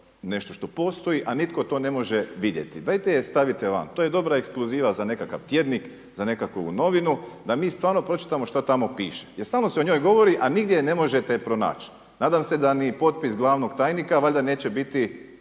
nešto što postoji a nitko to ne može vidjeti? Dajte je stavite van. To je dobra ekskluziva za nekakav tjednik, za nekakovu novinu da mi stvarno pročitamo šta tamo piše. Jer stalno se o njoj govori a nigdje je ne možete pronaći. Nadam se da ni potpis glavnog tajnika valjda neće biti